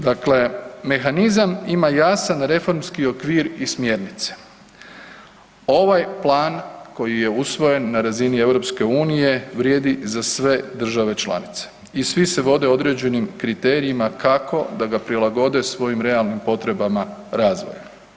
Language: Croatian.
Dakle, mehanizam ima jasan reformski okvir i smjernice, ovaj plan koji je usvojen na razini EU vrijedi za sve države članice i svi se vode određenim kriterijima kako da ga prilagode svojim realnim potrebama razvoja.